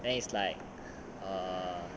then it's like err